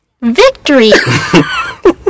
Victory